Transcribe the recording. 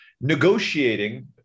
negotiating